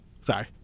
Sorry